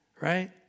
right